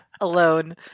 alone